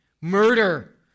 murder